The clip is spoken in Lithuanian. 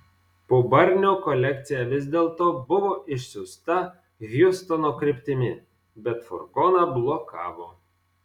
po barnio kolekcija vis dėlto buvo išsiųsta hjustono kryptimi bet furgoną blokavo